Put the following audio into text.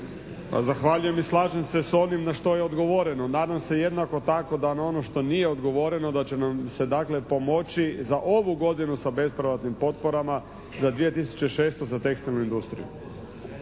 zahvaljujem i slažem se s ovim na što je odgovoreno. Nadam se jednako tako da na ono što nije odgovoreno da će nam se dakle pomoći za ovu godinu sa bezpovratnim potporama za 2006. za tekstilnu industriju.